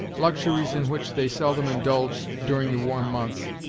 luxuries in which they seldom indulged during the warm months,